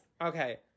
Okay